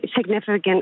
significant